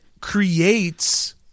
creates